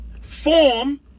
form